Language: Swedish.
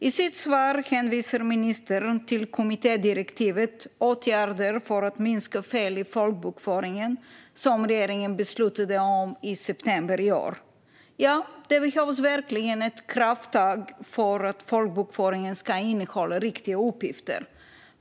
I sitt svar hänvisar ministern till kommittédirektivet Åtgärder för att minska fel i folkbokföringen , som regeringen beslutade om i september i år. Ja, det behövs verkligen ett krafttag för att folkbokföringen ska innehålla riktiga uppgifter.